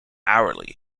hourly